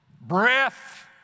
breath